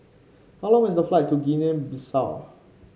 how long is the flight to Guinea Bissau